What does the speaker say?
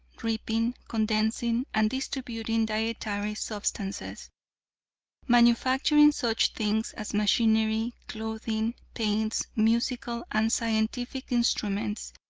reaping, condensing and distributing dietary substances manufacturing such things as machinery, clothing, paints, musical and scientific instruments,